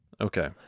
okay